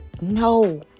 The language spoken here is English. No